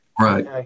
Right